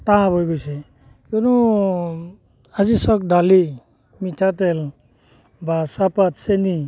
tough হৈ গৈছে কিয়নো আজি চাওক দালি মিঠাতেল বা চাহপাত চেনি